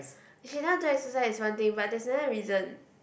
she never do exercise is one thing but there's another reason